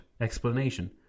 explanation